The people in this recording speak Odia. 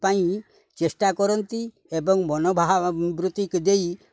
ପାଇଁ ଚେଷ୍ଟା କରନ୍ତି ଏବଂ ମନୋଭାବ ବୃତ୍ତିକୁ ଦେଇ